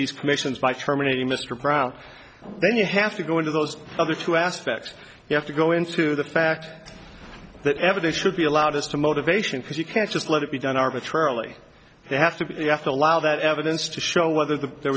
these commissions by terminating mr prout then you have to go into those other two aspects you have to go into the fact that evidence should be allowed as to motivation because you can't just let it be done arbitrarily they have to you have to allow that evidence to show whether the there